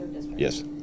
Yes